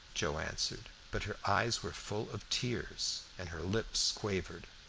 joe answered. but her eyes were full of tears, and her lips quivered.